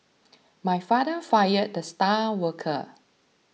my father fired the star worker